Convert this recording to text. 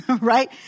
right